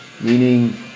Meaning